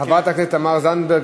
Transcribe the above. חברת הכנסת תמר זנדברג,